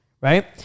right